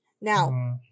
Now